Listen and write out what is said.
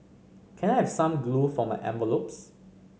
can I have some glue for my envelopes